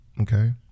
okay